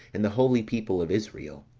and the holy people of israel.